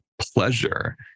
pleasure